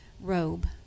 robe